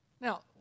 Now